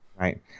Right